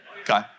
okay